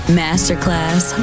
masterclass